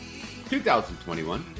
2021